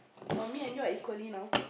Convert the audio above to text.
err me and you are equally now